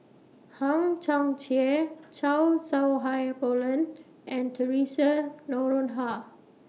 Hang Chang Chieh Chow Sau Hai Roland and Theresa Noronha